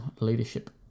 leadership